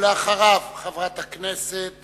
ואחריו, חברת הכנסת